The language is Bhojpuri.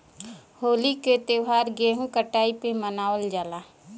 होली क त्यौहार गेंहू कटाई पे मनावल जाला